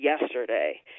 yesterday